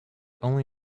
only